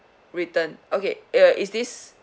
return okay uh is this